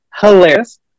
hilarious